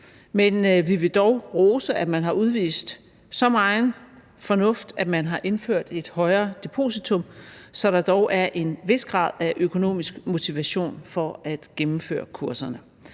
men vi vil dog rose, at man har udvist så megen fornuft, at man har indført et højere depositum, så der dog er en vis grad af økonomisk motivation til at gennemføre kurserne.